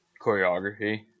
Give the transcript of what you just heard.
Choreography